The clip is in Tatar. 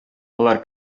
алар